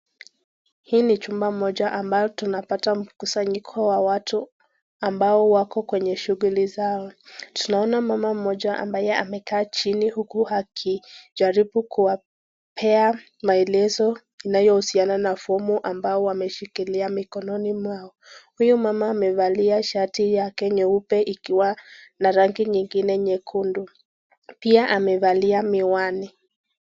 Hii ni chumba moja ambayo tunapata mkusanyiko wa watu ambao wako kwenye shughuli zao, tunaona mama moja ambaye amekaa chini huku akijaribu kuwapea maelezo inayohusiana na fomu wameshikilia mkononi mwao. Huyu mama amevalia shati yake nyeupe ikiwa na rangi nyingine nyekundu pia amevalia miwani.